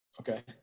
Okay